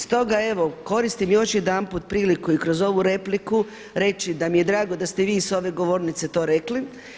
Stoga evo koristim još jedanput priliku i kroz ovu repliku reći da mi je drago da ste i vi sa ove govornice to rekli.